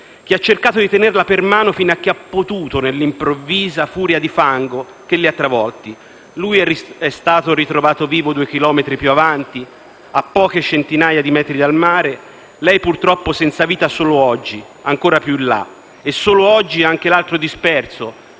che ha cercato di tenerla per mano fino a che ha potuto nell'improvvisa furia di fango che li ha travolti; lui è stato ritrovato vivo due chilometri più avanti, a poche centinaia di metri dal mare, mentre lei, purtroppo senza vita, solo oggi, ancora più in là, e solo oggi è stato ritrovato